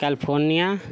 California